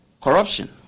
Corruption